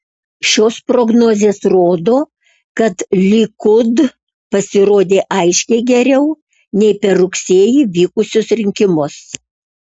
šios prognozės rodo kad likud pasirodė aiškiai geriau nei per rugsėjį vykusius rinkimus